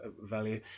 value